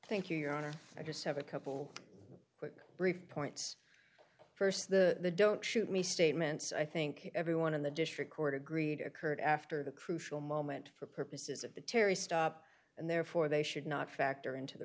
thank you your honor i just have a couple quick brief points st the don't shoot me statements i think everyone in the district court agreed occurred after the crucial moment for purposes of the terry stop and therefore they should not factor into the